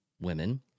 women